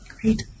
Great